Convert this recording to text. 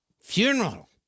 funeral